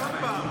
לא להפריע.